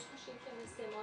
יש נשים שמסיימות